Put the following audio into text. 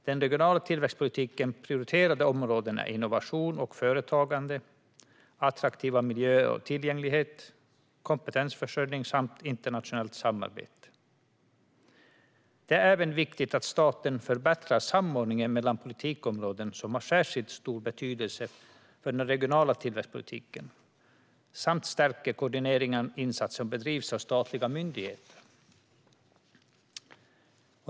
Den regionala tillväxtpolitikens prioriterade områden är innovation och företagande, attraktiva miljöer och tillgänglighet, kompetensförsörjning samt internationellt samarbete. Det är även viktigt att staten förbättrar samordningen mellan politikområden som har särskilt stor betydelse för den regionala tillväxtpolitiken samt stärker koordineringen av insatser som bedrivs av statliga myndigheter.